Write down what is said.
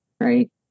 right